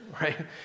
Right